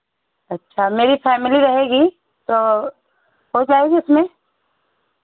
अच्छा मेरी फैमिली रहेगी तो हो जाएगी उसमें